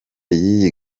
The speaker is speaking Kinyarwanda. y’iyi